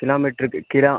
kilo மீட்டருக்கு kilo